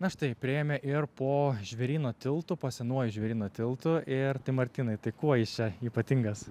na štai priėjome ir po žvėryno tiltu po senuoju žvėryno tiltu ir tai martynai tai kuo jis čia ypatingas